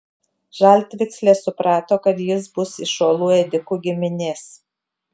žaltvykslė suprato kad jis bus iš uolų ėdikų giminės